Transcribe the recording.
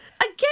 Again